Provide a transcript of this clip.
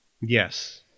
Yes